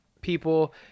people